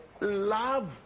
love